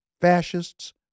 fascists